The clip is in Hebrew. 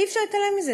אי-אפשר להתעלם מזה.